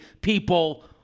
people